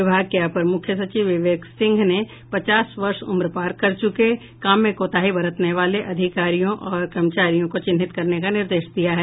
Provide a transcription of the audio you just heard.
विभाग के अपर मुख्य सचिव विवेक सिंह ने पचास वर्ष उम्र पार कर चुके काम में कोताही बरतने वाले अधिकारियों और कर्मचारियों को चिन्हित करने का निर्देश दिया है